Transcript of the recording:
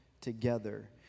together